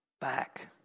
back